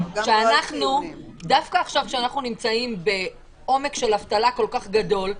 כשאנחנו נמצאים בעומק של אבטלה כל כך גדול,